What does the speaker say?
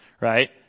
right